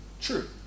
True